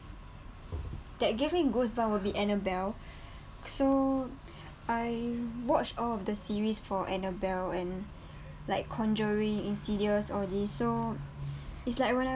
that gave me goosebumps will be annabelle so I watch all of the series for annabelle and like conjuring insidious all this so it's like when I